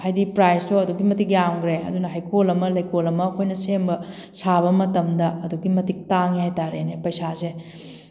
ꯍꯥꯏꯗꯤ ꯄ꯭ꯔꯥꯏꯁꯇꯣ ꯑꯗꯨꯛꯀꯤ ꯃꯇꯤꯛ ꯌꯥꯝꯈ꯭ꯔꯦ ꯑꯗꯨꯅ ꯍꯩꯀꯣꯜ ꯑꯃ ꯂꯩꯀꯣꯜ ꯑꯃ ꯑꯩꯈꯣꯏꯅ ꯁꯦꯝꯕ ꯁꯥꯕ ꯃꯇꯝꯗ ꯑꯗꯨꯛꯀꯤ ꯃꯇꯤꯛ ꯇꯥꯡꯉꯦ ꯍꯥꯏꯇꯥꯔꯦꯅꯦ ꯄꯩꯁꯥꯁꯦ